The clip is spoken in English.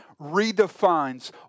redefines